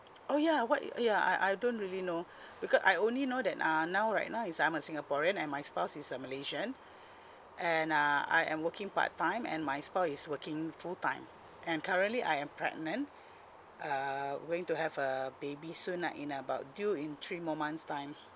oh yeah what ye~ yeah I I don't really know because I only know that uh now right now is I'm a singaporean and my spouse is a malaysian and uh I am working part time and my spouse is working full time and currently I am pregnant err going to have a baby soon lah in about due in three more months time